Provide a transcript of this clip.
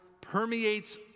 permeates